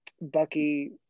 bucky